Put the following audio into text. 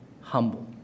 humble